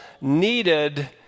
needed